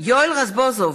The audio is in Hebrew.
יואל רזבוזוב,